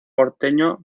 porteño